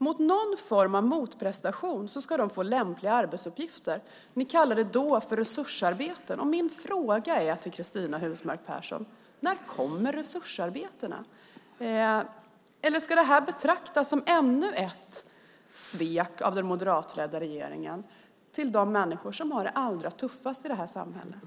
Mot någon form av motprestation skulle de få lämpliga arbetsuppgifter. Ni kallade det resursarbeten. Cristina Husmark Pehrsson, när kommer dessa resursarbeten? Eller ska detta betraktas som ännu ett svek av den moderatledda regeringen mot de människor som har det allra tuffast i samhället?